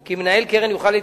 כי מנהל קרן יוכל להתקשר,